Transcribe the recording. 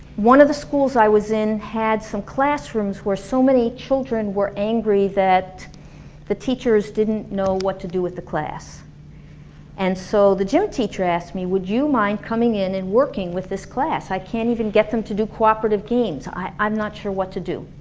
one of the schools i was in had some classrooms where so many children were angry that the teachers didn't know what to do with the class and so the gym teacher asks me would you mind coming in and working with this class? i can't even get them to go cooperative games, i'm not sure what to do